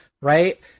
right